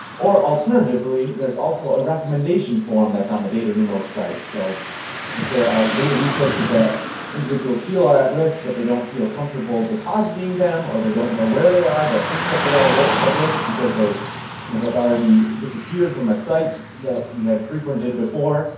or alternatively there's also a recommendation form that's on the data lumos site. so if there are data resources that individuals feel are at risk, but they don't feel comfortable depositing them or they don't know where they are, but think that they are at risk because they may have already disappeared from a site that you had frequented before.